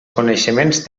coneixements